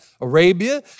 Arabia